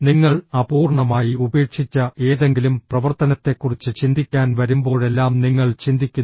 നിങ്ങൾ അപൂർണ്ണമായി ഉപേക്ഷിച്ച ഏതെങ്കിലും പ്രവർത്തനത്തെക്കുറിച്ച് ചിന്തിക്കാൻ വരുമ്പോഴെല്ലാം നിങ്ങൾ ചിന്തിക്കുന്നു